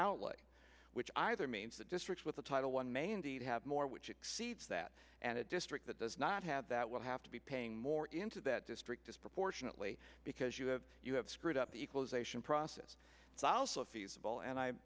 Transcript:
outlay which either means the district with a title one may indeed have more which exceeds that and a district that does not have that will have to be paying more into that district disproportionately because you have you have screwed up the equalization process it's also feasible and i